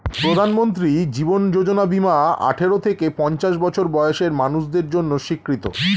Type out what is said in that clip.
প্রধানমন্ত্রী জীবন যোজনা বীমা আঠারো থেকে পঞ্চাশ বছর বয়সের মানুষদের জন্য স্বীকৃত